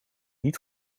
niet